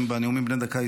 מישרקי.